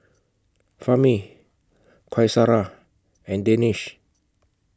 Fahmi Qaisara and Danish